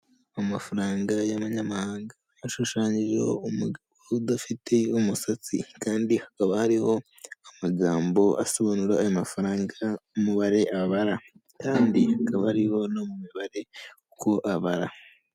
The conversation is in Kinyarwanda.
Amafaranga y'amanyamahanga ashushanyijeho umugabo udafite umusatsi, kandi hakaba hariho amagambo asobanura ayo mafaranga umubare abara, kandi hakaba hariho n'imibare uko abara.